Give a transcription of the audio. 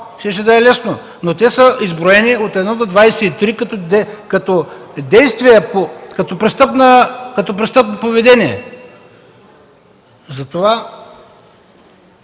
но те са изброени от 1 до 23 като действия, като престъпно поведение. Затова